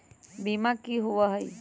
बीमा की होअ हई?